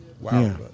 Wow